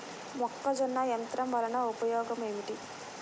మొక్కజొన్న యంత్రం వలన ఉపయోగము ఏంటి?